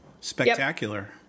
spectacular